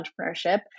entrepreneurship